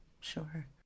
Sure